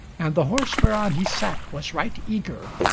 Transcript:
and the horse whereon he sat was right eager.